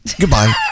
Goodbye